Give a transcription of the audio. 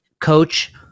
coach